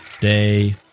day